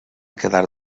quedar